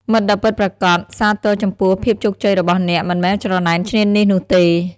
មិត្តដ៏៏ពិតប្រាកដសាទរចំពោះភាពជោគជ័យរបស់អ្នក មិនមែនច្រណែនឈ្នានីសនោះទេ។